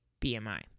BMI